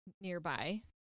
nearby